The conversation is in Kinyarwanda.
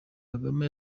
kagame